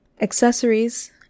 accessories